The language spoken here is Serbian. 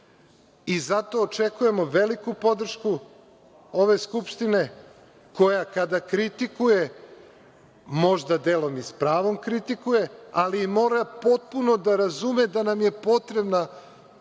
Zato očekujemo veliku podršku ove Skupštine, koja kada kritikuje, možda delom i s pravom kritikuje, ali mora potpuno da razume da nam je potrebna